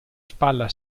spalla